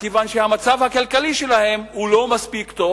מכיוון שהמצב הכלכלי שלהם הוא לא מספיק טוב,